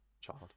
child